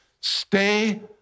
Stay